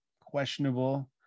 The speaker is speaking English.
questionable